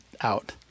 out